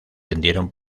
vendieron